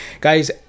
guys